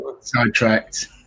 sidetracked